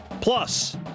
Plus